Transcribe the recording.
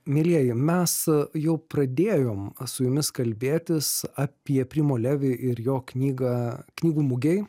mielieji mes jau pradėjom su jumis kalbėtis apie primo levi ir jo knygą knygų mugėj